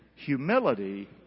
Humility